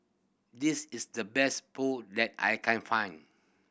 this is the best Pho that I can find